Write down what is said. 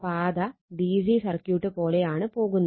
പാത D C circuit പോലെയാണ് പോകുന്നത്